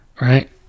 Right